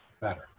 better